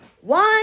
one